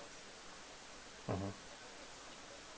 mmhmm